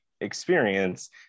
experience